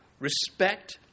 Respect